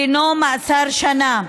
דינו, מאסר שנה.